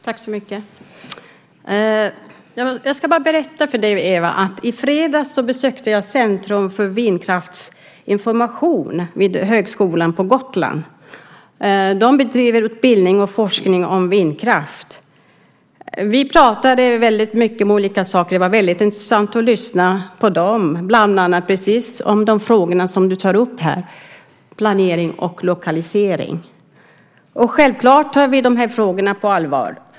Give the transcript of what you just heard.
Herr talman! Jag kan berätta för dig, Ewa, att i fredags besökte jag Centrum för vindkraftsinformation vid högskolan på Gotland. De bedriver utbildning och forskning om vindkraft. Vi pratade väldigt mycket om olika saker. Det var mycket intressant att lyssna på dem. De pratade bland annat om de frågor som du tar upp här, nämligen planering och lokalisering. Vi tar självfallet de här frågorna på allvar.